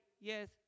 Yes